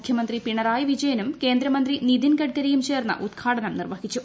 മുഖ്യമന്ത്രി പിണറായി വിജയനും കേന്ദ്രമന്ത്രി നിതിൻ ഗഡ്കരിയും ചേർന്ന് ഉദ്ഘാടനം നിർവഹിച്ചു